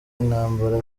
intambara